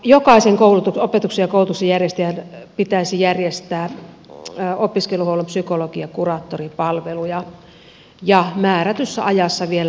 jokaisen opetuksen ja koulutuksen järjestäjän pitäisi järjestää opiskeluhuollon psykologi ja kuraattoripalveluja ja määrätyssä ajassa vielä